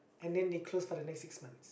and then they close for the next six months